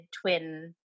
twin